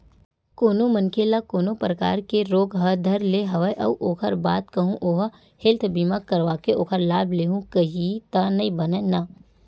कोनो मनखे ल कोनो परकार के रोग ह धर ले हवय अउ ओखर बाद कहूँ ओहा हेल्थ बीमा करवाके ओखर लाभ लेहूँ कइही त नइ बनय न